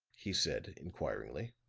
he said, inquiringly.